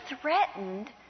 threatened